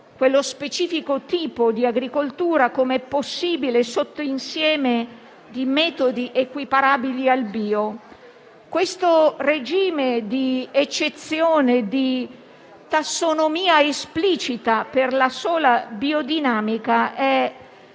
quello specifico tipo di agricoltura, come possibile sottoinsieme di metodi equiparabili al bio. Ritengo che questo regime di eccezione e di tassonomia esplicita per la sola biodinamica sia